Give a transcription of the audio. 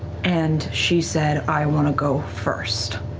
and she said, i want to go first.